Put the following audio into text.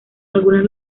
algunas